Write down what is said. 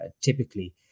typically